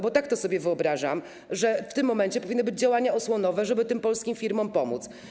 Bo tak to sobie wyobrażam, że w tym momencie powinny być działania osłonowe, żeby tym polskim firmom pomóc.